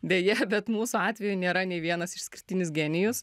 deja bet mūsų atveju nėra nei vienas išskirtinis genijus